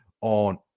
on